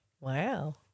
Wow